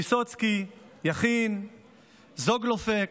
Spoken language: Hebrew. ויסוצקי, יכין, זוגלובק,